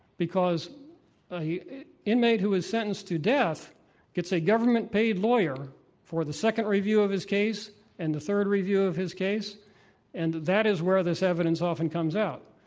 because an ah yeah inmate who is sentenced to death gets a government paid lawyer for the second review of his case and the third review of his case and that is where this evidence often comes out.